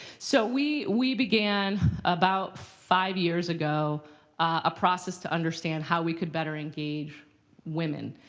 so we we began about five years ago a process to understand how we could better engage women.